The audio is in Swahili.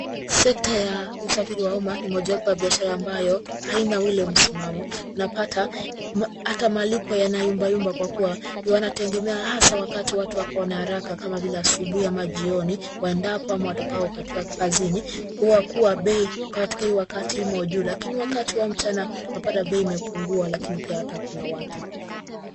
Sekta ya usafiri wa umma ni mojawapo wa biashara ambayo haina ule msimamo. Unapata malipo yanayumba yumba kwa kua unategemea hasa wakati watu na haraka kama vile asubuhi ama jioni waendapo ama watokao katika kazini kwa kua bei katika huo wakati humo juu lakini wakati wa mchana unapata bei imepungua lakini pia hata hakuna watu.